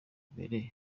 imbere